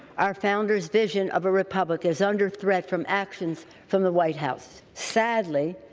our founder's vision of a republic is under threat from actions from the white house. sadly,